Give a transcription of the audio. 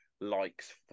likes